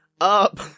up